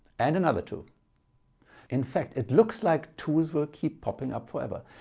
and another two in fact it looks like twos will keep popping up forever.